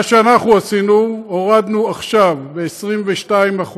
מה שאנחנו עשינו, הורדנו עכשיו ב-22%,